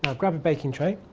ah grab a baking tray,